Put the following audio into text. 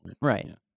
right